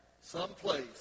someplace